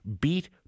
beat